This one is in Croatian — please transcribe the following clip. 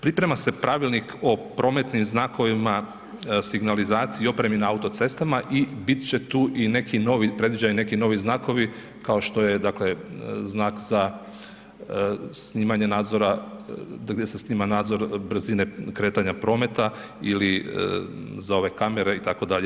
Priprema se Pravilnik o prometnim znakovima, signalizaciji i opremi na autocestama i bit će tu i neki novi, predviđeni neki novi znakovi kao što je dakle znak za snimanje nadzora, gdje se snima nadzor brzine kretanja prometa ili za ove kamere itd.